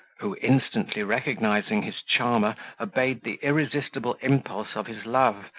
who instantly recognising his charmer obeyed the irresistible impulse of his love,